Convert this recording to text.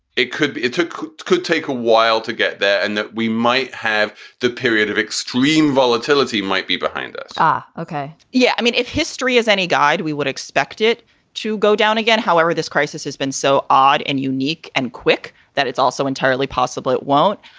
it could it could could take a while to get there and then we might have the period of extreme volatility might be behind us but ok. yeah. i mean, if history is any guide, we would expect it to go down again. however, this crisis has been so odd and unique and quick that it's also entirely possible it won't.